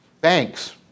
banks